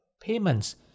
payments